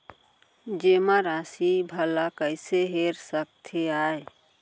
जेमा राशि भला कइसे हेर सकते आय?